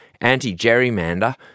anti-gerrymander